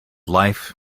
life